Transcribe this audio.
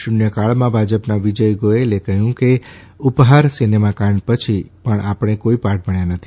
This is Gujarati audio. શુન્યકાળમાં ભાજપના વિજય ગોયલે કહ્યું કે ઉપહાર સિનેમા કાંડ પચી પણ આપણે કોઇ પાઠ ભાસ્થા નથી